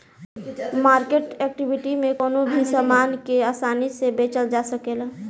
market equity में कवनो भी संपत्ति के आसानी से बेचल जा सकेला